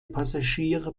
passagiere